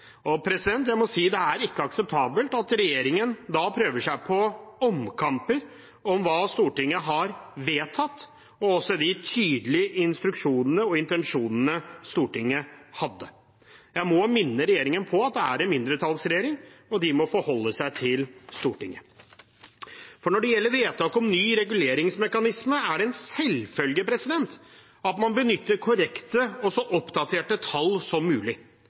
Og det er ikke akseptabelt at regjeringen da prøver seg på omkamper om hva Stortinget har vedtatt, og også de tydelige instruksjonene og intensjonene Stortinget hadde. Jeg må minne regjeringen på at den er en mindretallsregjering, og den må forholde seg til Stortinget. Når det gjelder vedtak om en ny reguleringsmekanisme, er det en selvfølge at man benytter korrekte og så oppdaterte tall som mulig